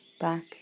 back